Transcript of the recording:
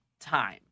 time